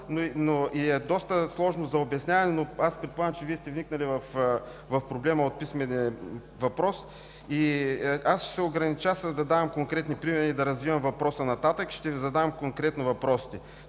Доста сложно е за обясняване, но аз предполагам, че Вие сте вникнали в проблема от писмения въпрос и ще се огранича да давам конкретни примери да развивам въпроса нататък, ще Ви задам въпросите